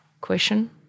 question